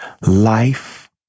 Life